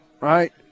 Right